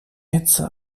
hitze